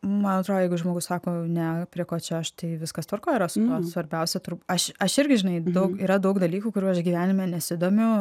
man atrodo jeigu žmogus sako ne prie ko čia aš tai viskas tvarkoj yra su tuo svarbiausia turb aš aš irgi žinai daug yra daug dalykų kurių aš gyvenime nesidomiu